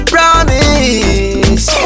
Promise